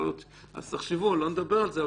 לא נדבר על זה,